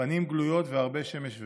פנים גלויות והרבה שמש ואור.